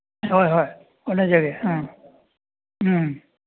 ꯍꯣꯏ ꯍꯣꯏ ꯍꯣꯠꯅꯖꯒꯦ ꯑ ꯎꯝ